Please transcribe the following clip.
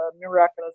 miraculous